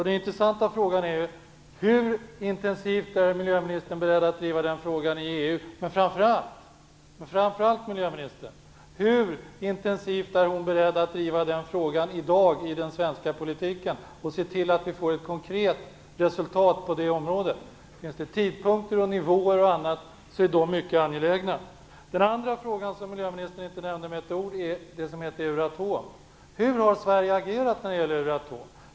Den intressanta frågan är: Hur intensivt är miljöministern beredd att driva den frågan i EU? Och framför allt: Hur intensivt är hon i dag beredd att driva den frågan i den svenska politiken, och är hon beredd att se till att vi får ett konkret resultat på det området? Finns det tidpunkter, nivåer och annat är dessa mycket angelägna att ta fram. En annan fråga som miljöministern inte nämnde med ett ord är Euratom. Hur har Sverige agerat när det gäller Euratom?